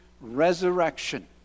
resurrection